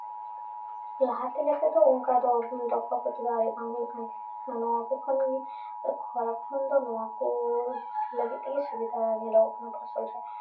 ᱞᱟᱦᱟᱛᱮ ᱞᱮᱠᱟᱫᱚ ᱚᱱᱠᱟᱫᱚ ᱰᱚᱠᱟ ᱠᱚᱛᱮ ᱟᱨᱮᱡ ᱵᱟᱝ ᱦᱩᱭᱩᱜ ᱠᱟᱱᱟ ᱱᱚᱣᱟ ᱠᱚ ᱠᱷᱚᱱ ᱠᱷᱚᱨᱟ ᱠᱚ ᱠᱷᱚᱱ ᱫᱚ ᱱᱚᱣᱟ ᱠᱚ ᱞᱟᱹᱜᱤᱫ ᱛᱮᱜᱮ ᱥᱩᱵᱤᱫᱟ ᱧᱮᱞᱚᱜᱚᱜ ᱠᱟᱱᱟ ᱯᱷᱚᱥᱚᱞ ᱨᱮ